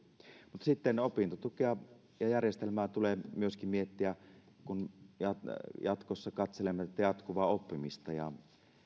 mutta sitten opintotukea ja järjestelmää tulee myöskin miettiä kun jatkossa katselemme tätä jatkuvaa oppimista ja